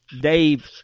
Dave